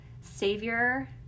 Savior